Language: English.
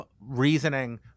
reasoning